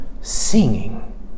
singing